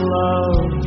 love